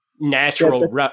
natural